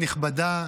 נכבדות,